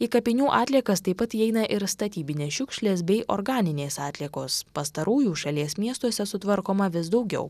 į kapinių atliekas taip pat įeina ir statybinės šiukšlės bei organinės atliekos pastarųjų šalies miestuose sutvarkoma vis daugiau